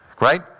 right